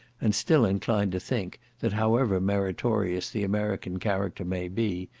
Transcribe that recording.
and still inclined to think, that however meritorious the american character may be,